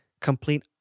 complete